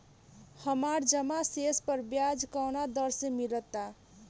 हमार जमा शेष पर ब्याज कवना दर से मिल ता?